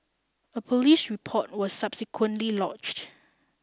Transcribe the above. a police report was subsequently lodged